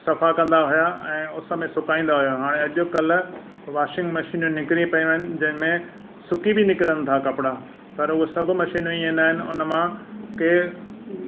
सफ़ा कंदा हुआ ऐं उस में सुकाईंदा हुआ हाणे अॼुकल्ह वाशिंग मशीनियूं निकिरी पियूं आहिनि जंहिंमें सुकी बि निकिरनि था कपिड़ा पर उहे सभु मशीनियूं इहे न आहिनि उन मां केरु